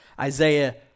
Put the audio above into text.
Isaiah